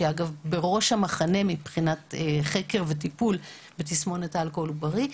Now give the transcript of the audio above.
שאגב נמצאות בראש המחנה מבחינת חקר וטיפול בתסמונת האלכוהול העוברי,